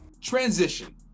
Transition